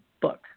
book